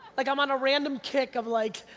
like, i'm on a random kick of like,